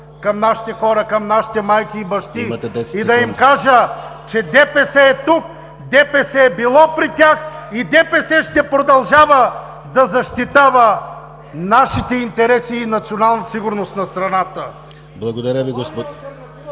към нашите хора, към нашите майки и бащи и да им кажа, че ДПС е тук, ДПС е било при тях и ДПС ще продължава да защитава нашите интереси и националната сигурност на страната. (Ораторът продължава